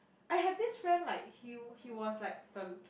I have this friend like he he was like the